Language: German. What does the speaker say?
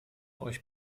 euch